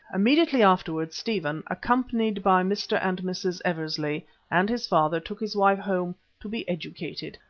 immediately afterwards stephen, accompanied by mr. and mrs. eversley and his father, took his wife home to be educated,